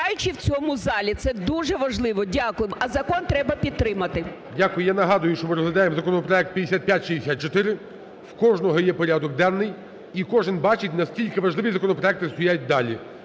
Дякую. Я нагадую. Що ми розглядаємо законопроект 5564. В кожного є порядок денний, і кожен бачить наскільки важливі законопроекти стоять далі.